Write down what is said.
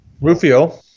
Rufio